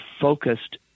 focused